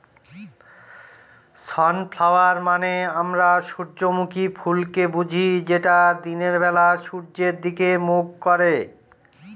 sunflower মানে আমরা সূর্যমুখী ফুলকে বুঝি যেটা দিনের বেলা সূর্যের দিকে মুখ করে